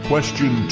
question